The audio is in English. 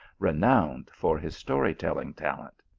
renowned for his story-telling tal ent.